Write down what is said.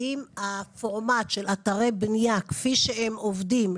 האם הפורמט של אתרי בניה כפי שהם עובדים,